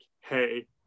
hey